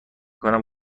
کنم